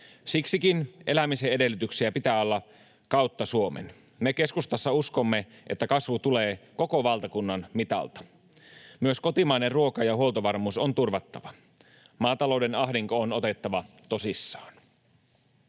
Siksikin elämisen edellytyksiä pitää olla kautta Suomen. Me keskustassa uskomme, että kasvu tulee koko valtakunnan mitalta. Myös kotimainen ruoka- ja huoltovarmuus on turvattava. Maatalouden ahdinko on otettava tosissaan.